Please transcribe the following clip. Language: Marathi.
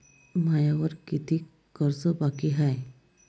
मायावर कितीक कर्ज बाकी हाय?